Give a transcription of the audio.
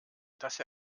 dass